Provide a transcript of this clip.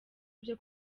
byo